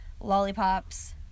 Lollipops